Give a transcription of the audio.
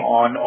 on